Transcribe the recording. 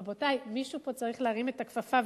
רבותי, שמישהו צריך להרים את הכפפה.